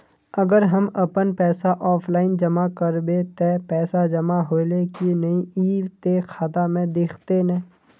अगर हम अपन पैसा ऑफलाइन जमा करबे ते पैसा जमा होले की नय इ ते खाता में दिखते ने?